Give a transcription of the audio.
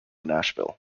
nashville